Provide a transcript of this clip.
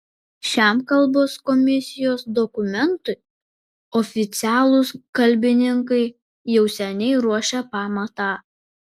šiam kalbos komisijos dokumentui oficialūs kalbininkai jau seniai ruošė pamatą